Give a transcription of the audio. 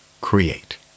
Create